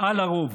על הרוב.